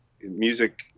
music